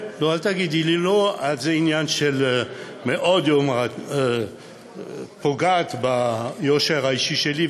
אל תגידי לי "לא"; זה עניין שמאוד פוגע ביושר האישי שלי,